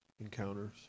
encounters